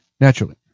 Naturally